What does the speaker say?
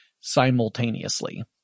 simultaneously